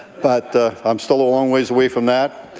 but i'm still a long way away from that.